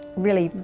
really,